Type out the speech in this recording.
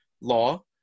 law